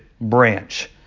branch